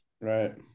Right